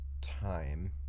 time